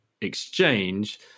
exchange